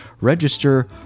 register